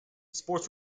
sports